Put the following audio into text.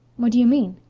what do you mean?